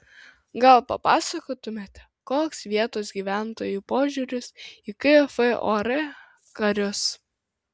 gal papasakotumėte koks vietos gyventojų požiūris į kfor karius